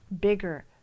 bigger